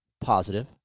positive